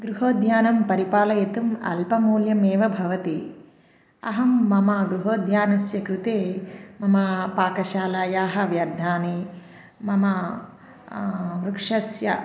गृहोद्यानं परिपालयितुम् अल्पमूल्यमेव भवति अहं मम गृहोद्यानस्य कृते मम पाकशालायाः वर्धाणि मम वृक्षस्य